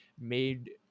made